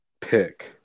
pick